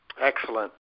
Excellent